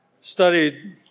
studied